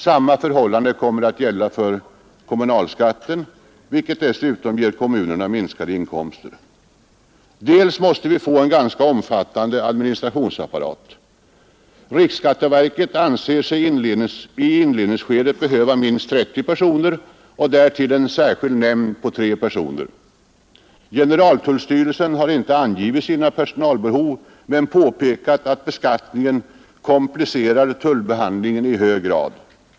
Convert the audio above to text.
Samma förhållande kommer att gälla för kommunalskatten, vilket dessutom ger kommunerna minskade inkomster. Vidare måste vi få en ganska omfattande administrationsapparat. Riksskatteverket anser sig i inledningsskedet behöva minst 30 personer och därtill en särskild nämnd på 3 personer. Generaltullstyrelsen har inte angivit sina personalbehov men påpekat att beskattningen ”komplicerar tullbehandlingen i hög grad”.